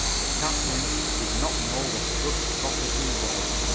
the captain did not know what a good prophet he was.